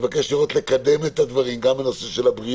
אני מבקש לקדם את הדברים, גם בנושא של הבריאות.